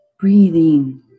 Breathing